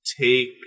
take